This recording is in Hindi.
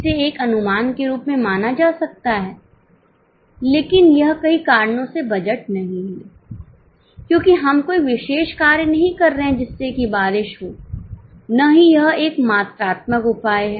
इसे एक अनुमान के रूप में माना जा सकता है लेकिन यह कई कारणों से बजट नहीं है क्योंकि हम कोई विशेष कार्य नहीं कर रहे हैं जिससे कि बारिश हो न ही यह एक मात्रात्मक उपाय है